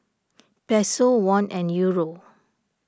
Peso Won and Euro